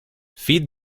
feed